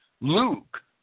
Luke